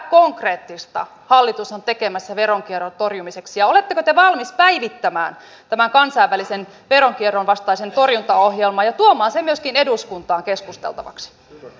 mitä konkreettista hallitus on tekemässä veronkierron torjumiseksi ja oletteko te valmis päivittämään tämän kansainvälisen veronkierron vastaisen torjuntaohjelman ja tuomaan sen myöskin eduskuntaan keskusteltavaksi